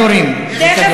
וכדורים, וכדורים, וכדורים.